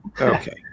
okay